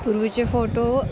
पूर्वीचे फोटो